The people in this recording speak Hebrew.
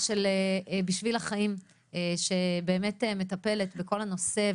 של "בשביל החיים" שבאמת מטפל בכל הנושא,